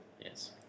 Yes